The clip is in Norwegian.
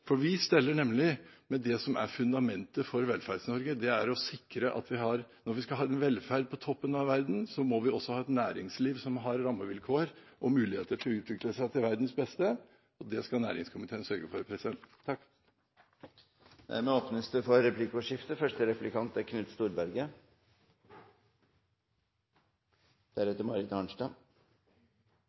Vi steller nemlig med det som er fundamentet for Velferds-Norge – å sikre at vi, når vi skal ha en velferd på toppen av verden, også har et næringsliv som har rammevilkår og muligheter til å utvikle seg til verdens beste. Det skal næringskomiteen sørge for. Det åpnes for replikkordskifte. Vi har gjennom åtte år fått høre at det er